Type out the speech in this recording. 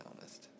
honest